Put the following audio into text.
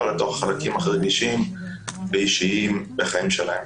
אל תוך החלקים הכי רגישים ואישיים בחיים שלהם.